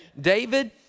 David